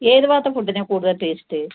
ഏത് ഭാഗത്തെ ഫുഡിനാണ് കൂടുതൽ ടേസ്റ്റ്